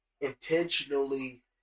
intentionally